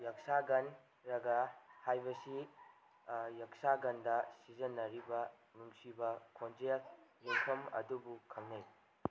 ꯌꯛꯁꯥꯒꯟ ꯔꯥꯒ ꯍꯥꯏꯕꯁꯤ ꯌꯛꯁꯥꯒꯟꯗꯥ ꯁꯤꯖꯤꯟꯅꯔꯤꯕ ꯅꯨꯡꯁꯤꯕ ꯈꯣꯟꯖꯦꯜ ꯌꯨꯝꯐꯝ ꯑꯗꯨꯕꯨ ꯈꯪꯅꯩ